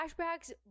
flashbacks